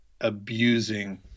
abusing